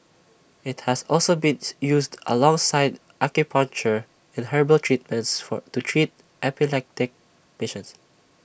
IT has also been used alongside acupuncture and herbal treatments for to treat epileptic patients